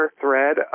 thread